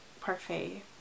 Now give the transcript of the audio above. parfait